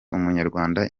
umunyarwanda